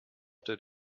did